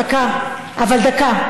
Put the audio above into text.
דקה, אבל דקה.